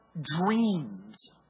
dreams